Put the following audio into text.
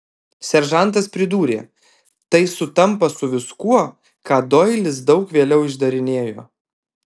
seržantas pridūrė tai sutampa su viskuo ką doilis daug vėliau išdarinėjo